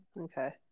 okay